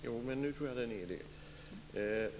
Fru talman! Jag har en fråga till statsrådet Schori.